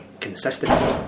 consistency